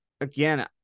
Again